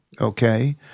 okay